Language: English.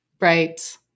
Right